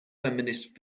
feminist